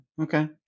okay